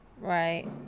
Right